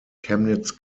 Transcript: chemnitz